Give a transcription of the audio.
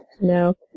No